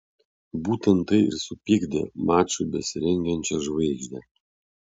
būtent tai ir supykdė mačui besirengiančią žvaigždę